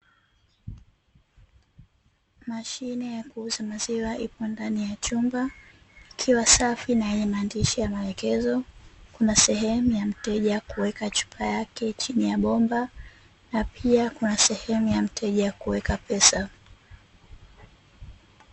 Mashine ya kuuza maziwa ipo ndani ya chumba ikiwa safi na yenye maandishi ya maelekezo, kuna sehemu ya mteja kuweka chupa yake chini ya bomba na pia kuna sehemu ya mteja kuweka pesa.